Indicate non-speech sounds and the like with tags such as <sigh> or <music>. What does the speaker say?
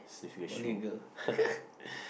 sniffing a shoe <laughs>